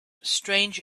strange